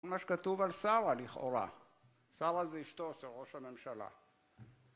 מה שכתוב על שרה לכאורה. שרה זה אשתו של ראש הממשלה.